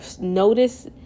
notice